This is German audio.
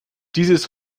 dieses